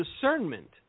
discernment